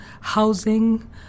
housing